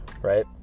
Right